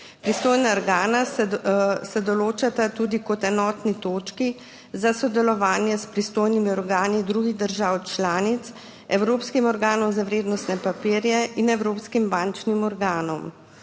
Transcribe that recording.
Pristojna organa se določata tudi kot enotni točki za sodelovanje s pristojnimi organi drugih držav članic, Evropskim organom za vrednostne papirje in trge in Evropskim bančnim organom.